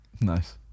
Nice